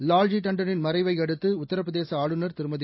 லால்ஜி தாண்டனின் மறைவை அடுத்து உத்தரபிரதேச ஆளுநர் திருமதி